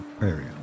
area